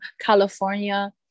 California